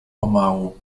pomału